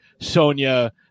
Sonya